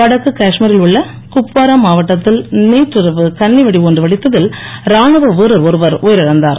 வடக்கு காஷ்மீரில் உள்ள குப்வாரா மாவட்டத்தில் நேற்றிரவு கன்னிவெடி ஒன்று வெடித்ததில் ராணுவ வீரர் ஒருவர் உயிரிழந்தார்